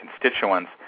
constituents